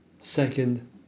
Second